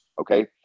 okay